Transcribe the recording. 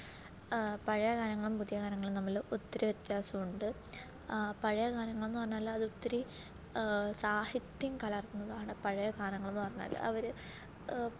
പഴയ ഗാനങ്ങളും പുതിയ ഗാനങ്ങളും തമ്മിൽ ഒത്തിരി വ്യത്യാസമുണ്ട് പഴയ ഗാനങ്ങൾന്ന് പറഞ്ഞാൽ അത് ഒത്തിരി സാഹിത്യം കലർന്നതാണ് പഴയ ഗാനങ്ങൾന്നു പറഞ്ഞാൽ അവർ